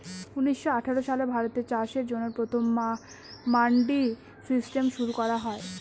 উনিশশো আঠাশ সালে ভারতে চাষের জন্য প্রথম মান্ডি সিস্টেম শুরু করা হয়